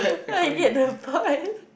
so I get the point